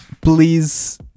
Please